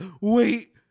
Wait